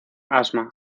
asma